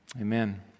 Amen